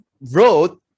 road